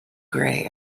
grey